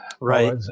Right